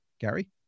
Gary